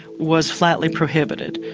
was flatly prohibited.